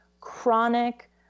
chronic